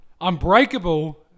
Unbreakable